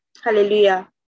Hallelujah